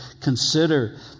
consider